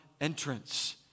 entrance